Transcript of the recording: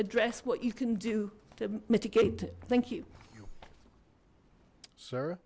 address what you can do to mitigate it thank you sarah